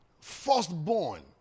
firstborn